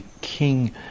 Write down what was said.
king